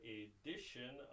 edition